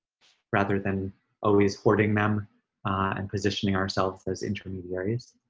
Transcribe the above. rather than always hoarding them and positioning ourselves as intermediaries.